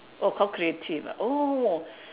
oh calculative ah oh